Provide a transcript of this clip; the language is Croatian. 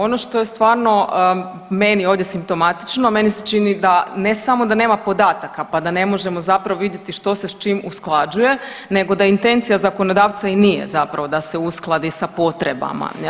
Ono što je stvarno meni ovdje simptomatično meni se čini da ne samo da nema podataka pa da ne možemo zapravo vidjeti što se s čim usklađuje nego da je intencija zakonodavca i nije zapravo da se uskladi sa potrebama jel.